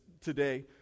today